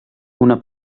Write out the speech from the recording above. una